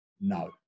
No